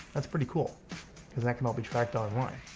that's pretty cool cause that can all be tracked online.